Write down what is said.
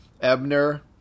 Ebner